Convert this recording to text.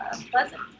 pleasant